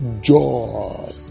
joy